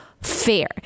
Fair